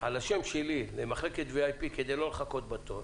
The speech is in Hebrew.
על השם שלי למחלקת VIP כדי לא לחכות בתור,